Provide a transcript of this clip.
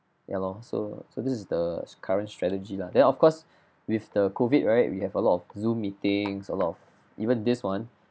ya lor so so this is the current strategy lah then of course with the COVID right we have a lot of Zoom meetings a lot of even this one